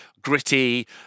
gritty